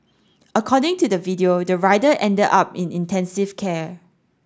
according to the video the rider ended up in intensive care